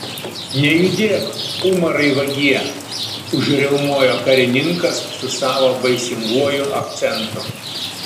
nejudėk umarai vagie užriaumojo karininkas su savo baisinguoju akcentu